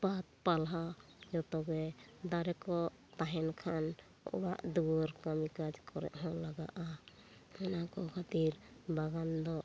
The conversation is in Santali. ᱯᱟᱛ ᱯᱟᱦᱟᱞᱟ ᱡᱚᱛᱚ ᱜᱮ ᱫᱟᱨᱮ ᱠᱚ ᱛᱟᱸᱦᱮᱱ ᱠᱷᱟᱱ ᱚᱲᱟᱜ ᱫᱩᱣᱟᱹᱨ ᱠᱟᱹᱢᱤ ᱠᱟᱡ ᱠᱚᱨᱮ ᱦᱚᱸ ᱞᱟᱜᱟᱜᱼᱟ ᱚᱱᱟ ᱠᱚ ᱠᱷᱟᱹᱛᱤᱨ ᱵᱟᱜᱟᱱ ᱫᱚ